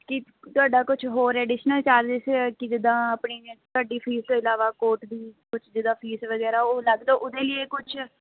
ਕੀ ਤੁਹਾਡਾ ਕੁਛ ਹੋਰ ਐਡੀਸ਼ਨਲ ਚਾਰਜਿਸ ਕਿ ਜਿੱਦਾਂ ਆਪਣੀ ਤੁਹਾਡੀ ਫ਼ੀਸ ਤੋਂ ਇਲਾਵਾ ਕੋਰਟ ਦੀ ਕੁਛ ਜਿੱਦਾਂ ਫ਼ੀਸ ਵਗੈਰਾ ਉਹ ਅਲੱਗ ਤੋਂ ਉਹ ਦੇ ਲਈ ਕੁਛ